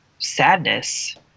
sadness